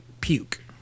puke